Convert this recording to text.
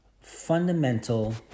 fundamental